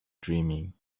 dreaming